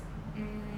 mm